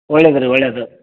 ಒಳ್ಳೆಯದು ರೀ ಒಳ್ಳೆಯದು